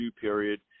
period